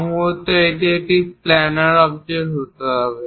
সম্ভবত এটি একটি প্ল্যানার অবজেক্ট হতে হবে